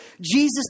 Jesus